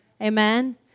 Amen